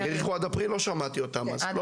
לא שמעתי אותם, אבל